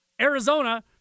Arizona